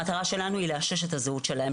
המטרה שלנו היא לאשש את הזהות שלהם,